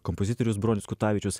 kompozitorius bronius kutavičius